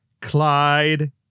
Clyde